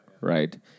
right